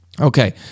okay